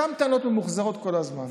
אותן טענות ממוחזרות כל הזמן.